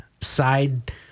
side